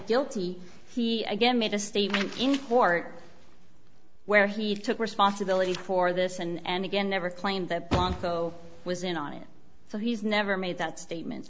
guilty he again made a statement in court where he took responsibility for this and again never claimed that bronco was in on it so he's never made that statement